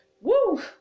Woo